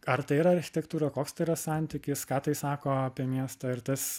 ar tai yra architektūra koks tai yra santykis ką tai sako apie miestą ir tas